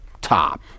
top